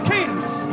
Kings